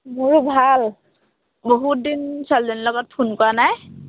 মোৰ ভাল বহুত দিন ছোৱালীজনীৰ লগত ফোন কৰা নাই